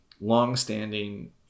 long-standing